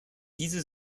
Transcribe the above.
diese